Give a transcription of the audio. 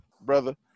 Brother